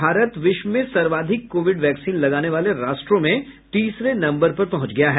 भारत विश्व में सर्वाधिक कोविड वैक्सीन लगाने वाले राष्ट्रों में तीसरे नम्बर पर पहुंच गया है